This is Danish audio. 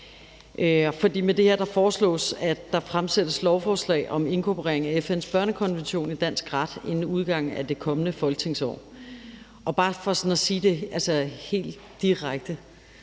år. Med det her foreslås det, at der fremsættes lovforslag om inkorporering af FN's børnekonvention i dansk ret inden udgangen af det kommende folketingsår. Og bare for sådan at sige det helt direkte